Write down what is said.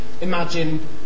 imagine